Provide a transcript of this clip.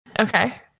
Okay